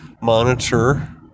monitor